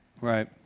Right